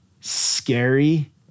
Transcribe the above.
scary